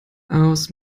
aus